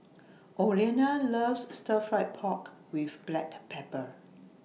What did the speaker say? Olena loves Stir Fry Pork with Black Pepper